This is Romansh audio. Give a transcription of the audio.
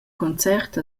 concert